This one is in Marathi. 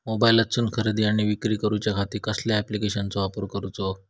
मोबाईलातसून खरेदी आणि विक्री करूच्या खाती कसल्या ॲप्लिकेशनाचो वापर करूचो?